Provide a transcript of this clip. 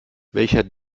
welcher